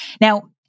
Now